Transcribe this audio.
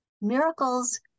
miracles